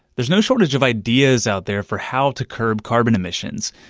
there's no shortage of ideas out there for how to curb carbon emissions.